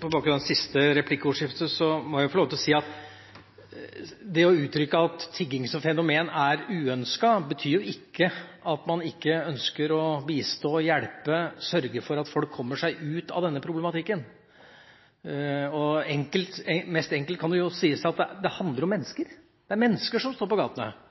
På bakgrunn av det siste replikkordskiftet må jeg få lov til å si at det å uttrykke at tigging som fenomen er uønsket, ikke betyr at man ikke ønsker å bistå og hjelpe og sørge for at folk kommer seg ut av denne problematikken. Enklest kan det jo sies at det handler om mennesker. Det er mennesker som står på